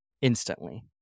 instantly